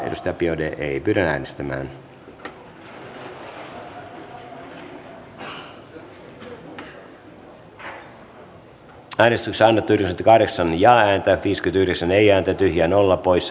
eva biaudet on johanna ojala niemelän kannattamana ehdottanut että pykälä hyväksytään vastalauseen mukaisena